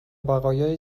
بقایای